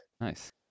nice